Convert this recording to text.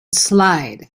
slide